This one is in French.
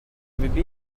bébé